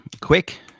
quick